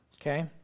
Okay